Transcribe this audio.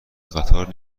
قطار